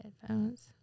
headphones